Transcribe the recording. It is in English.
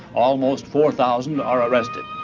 almost four thousand are arrested.